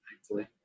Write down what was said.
thankfully